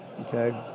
Okay